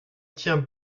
tient